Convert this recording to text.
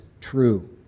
true